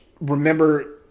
remember